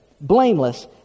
blameless